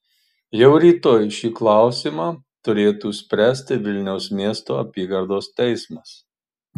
jau rytoj šį klausimą turėtų spręsti vilniaus miesto apygardos teismas